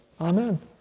amen